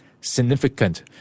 significant